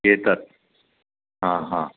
येतात हां हां